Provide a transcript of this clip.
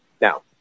Now